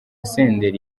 senderi